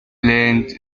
blends